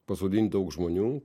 pasodint daug žmonių